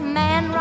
man